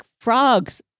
frog's